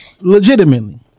Legitimately